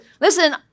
Listen